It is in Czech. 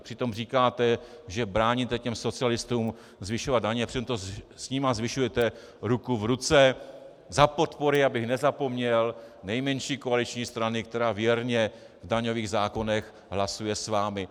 Přitom říkáte, že bráníte těm socialistům zvyšovat daně, přitom to s nimi zvyšujete ruku v ruce, za podpory abych nezapomněl nejmenší koaliční strany, která věrně v daňových zákonech hlasuje s vámi.